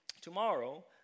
tomorrow